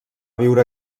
viure